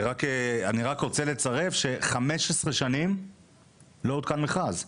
אני רק רוצה לצרף ש-15 שנים לא עודכן מכרז.